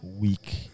week